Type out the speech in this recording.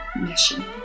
mission